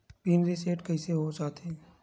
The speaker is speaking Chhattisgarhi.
पिन रिसेट कइसे हो जाथे?